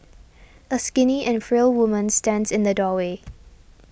a skinny and frail woman stands in the doorway